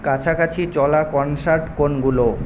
কাছাকাছি চলা কনসার্ট কোনগুলো